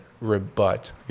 rebut